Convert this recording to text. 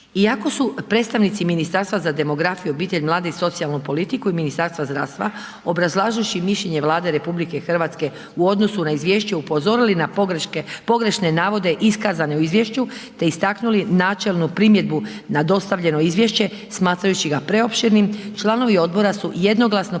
Iako su predstavnici Ministarstva za demografiju, obitelj, mlade i socijalnu politiku i Ministarstva zdravstva obrazlažuvši mišljenje RH u odnosu na izvješće upozorili na pogreške, pogrešne navode iskazane u izvješću te istaknuli načelnu primjedbu na dostavljeno izvješće smatrajući ga preopširnim, članovi odbora su jednoglasno